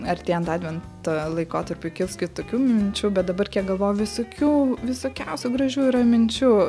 artėjant advento laikotarpiui kils kitokių minčių bet dabar kiek galvoju visokių visokiausių gražių yra minčių